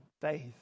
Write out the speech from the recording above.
faith